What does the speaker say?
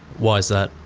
why is that?